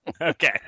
Okay